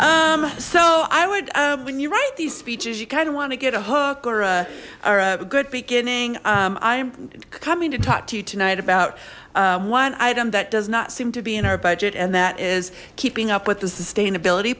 so i would when you write these speeches you kind of want to get a hook or a good beginning i'm coming to talk to you tonight about one item that does not seem to be in our budget and that is keeping up with the sustainability